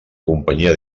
companyia